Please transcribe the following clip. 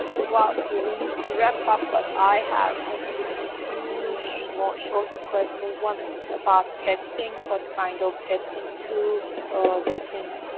well, we need to wrap up, but i have ah just two more short questions. one is about testing. what kind of testing tools they can